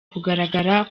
kugaragara